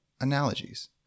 analogies